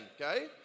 okay